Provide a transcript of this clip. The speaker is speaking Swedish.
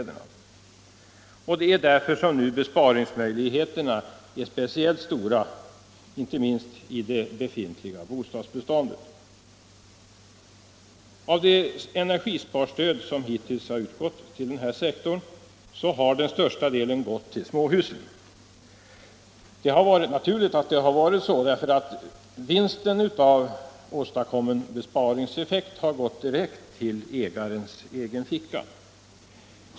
Det är därför som besparingsmöjligheterna nu är speciellt stora just i det befintliga bostadsbeståndet. Av det energisparstöd som hittills lämnats till den här sektorn har den största delen gått till småhusen. Det har varit naturligt att det varit så, därför att vinsten av åstadkommen besparingseffekt har gått direkt till ägarens egen ficka.